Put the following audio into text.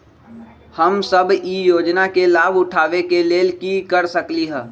हम सब ई योजना के लाभ उठावे के लेल की कर सकलि ह?